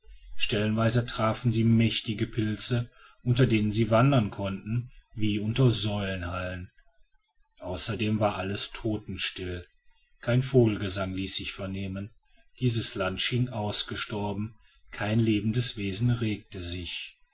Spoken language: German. stellenweise trafen sie mächtige pilze unter denen sie wandern konnten wie unter säulenhallen außerdem war alles totenstill kein vogelgesang ließ sich vernehmen dieses land schien ausgestorben kein lebendes wesen regte sich